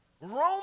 Roman